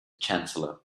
chancellor